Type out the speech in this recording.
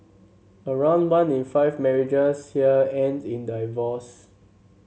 around one in five marriages here ends in divorce